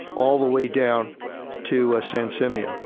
all the way down to ah san simeon.